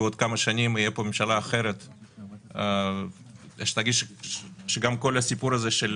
כמה שנים לא תהיה פה ממשלה אחרת שגם כל הסיפור הזה של